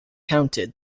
counted